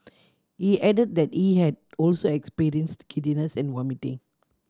he added that he had also experienced giddiness and vomiting